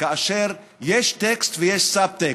כאשר יש טקסט ויש סב-טקסט.